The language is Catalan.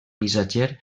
missatger